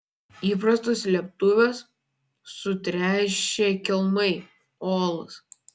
įprastos slėptuvės sutręšę kelmai olos